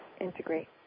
integrate